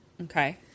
Okay